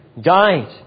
died